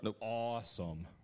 awesome